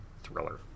thriller